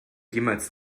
jemals